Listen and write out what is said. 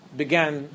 began